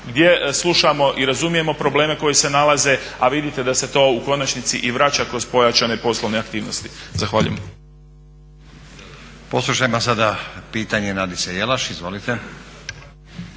gdje slušamo i razumijemo probleme koji se nalaze, a vidite da se to u konačnici i vraća kroz pojačane poslovne aktivnosti. Zahvaljujem. **Stazić, Nenad (SDP)** Poslušajmo sada pitanje Nadice Jelaš. Izvolite.